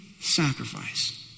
sacrifice